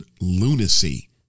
lunacy